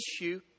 issue